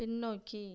பின்னோக்கி